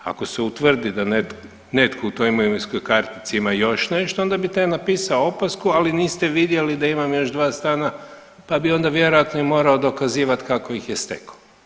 Ako se utvrdi da netko u toj imovinskoj kartici ima još nešto onda bi taj napisao opasku, ali niste vidjeli da imam još dva stana, pa bi onda vjerojatno i morao dokazivat kako ih je stekao.